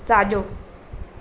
साॼो